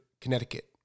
Connecticut